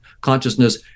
consciousness